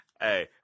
Hey